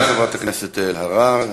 תודה לחברת הכנסת אלהרר.